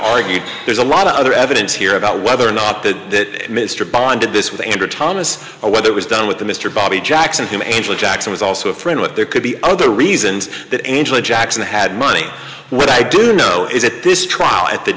argued there's a lot of other evidence here about whether or not that that mr bond did this with andrew thomas or whether it was done with the mr bobby jackson whom angel jackson was also a friend but there could be other reasons that angela jackson had money what i do know is at this trial at the